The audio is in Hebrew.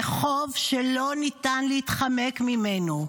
זה חוב שלא ניתן להתחמק ממנו.